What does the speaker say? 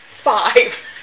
Five